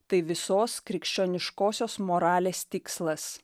tai visos krikščioniškosios moralės tikslas